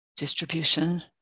distribution